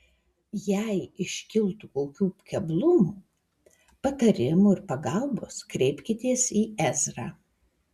jei iškiltų kokių keblumų patarimo ir pagalbos kreipkitės į ezrą